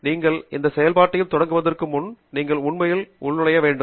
எனினும் நீங்கள் எந்த செயல்பாட்டையும் தொடங்குவதற்கு முன் நீங்கள் உண்மையில் உள்நுழைய வேண்டும்